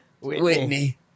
Whitney